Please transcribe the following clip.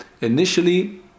initially